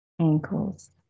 ankles